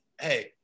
hey